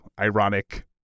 ironic